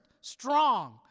strong